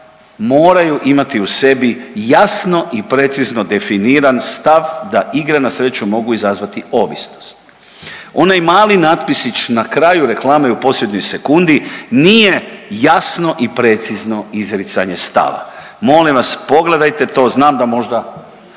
moraju imati u sebi jasno i precizno definiran stav da igre na sreću mogu izazvati ovisnost. Onaj mali natpisić na kraju reklame u posljednjoj sekundi nije jasno i precizno izricanje stava. Molim vas pogledajte to, znam da možda